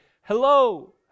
hello